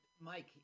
Mike